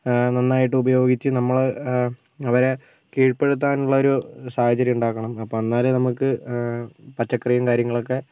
നന്നായിട്ട് ഉപയോഗിച്ച് നമ്മൾ അവരെ കീഴ്പ്പെടുത്താൻ ഉള്ള ഒരു സാഹചര്യം ഉണ്ടാക്കണം അപ്പം അന്നേരം നമുക്ക് പച്ചക്കറിയും കാര്യങ്ങളൊക്കെ